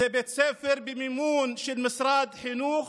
זה בית ספר במימון של משרד החינוך,